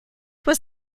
was